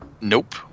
Nope